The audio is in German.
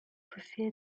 befehl